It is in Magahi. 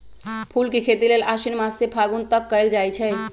फूल के खेती लेल आशिन मास से फागुन तक कएल जाइ छइ